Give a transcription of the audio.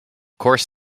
course